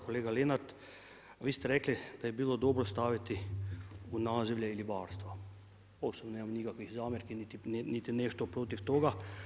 Kolega Lenart, vi ste rekli da bi bilo dobro staviti u nazivlje i ribarstvo, osobno nemam nikakvih zamjerki niti nešto protiv toga.